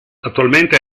attualmente